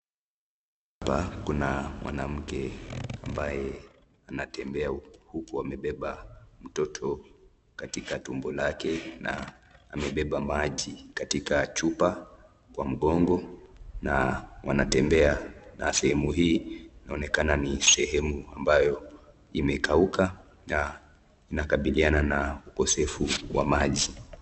Hapa kuna mwanamke ambaye anatembea huku amebeba mtoto katika tumbo lake na amebeba maji katika chupa kwa mgongo na wanatembea. Sehemu hii inaonekana ni sehemu ambayo imekauka na inakabiliana na ukosefu wa maji.